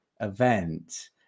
event